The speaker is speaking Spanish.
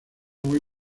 muy